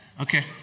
Okay